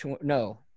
no